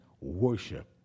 worship